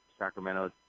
Sacramento